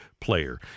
player